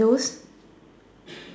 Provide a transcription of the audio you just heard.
whose